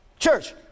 Church